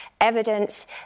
evidence